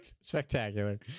spectacular